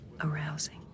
arousing